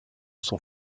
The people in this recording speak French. sont